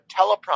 teleprompter